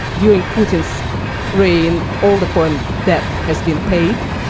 during putin's reign all the foreign debt has been paid,